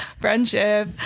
Friendship